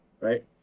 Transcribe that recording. Right